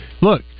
look